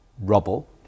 rubble